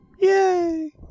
Yay